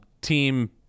team